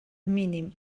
mínim